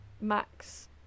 max